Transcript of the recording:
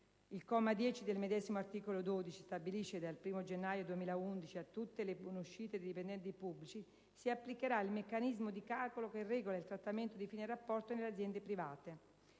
II comma 10 del medesimo articolo 12 stabilisce che, dal 1° gennaio 2011, a tutte le buonuscite dei dipendenti pubblici si applicherà il meccanismo di calcolo che regola il trattamento di fine rapporto nelle aziende private.